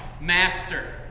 master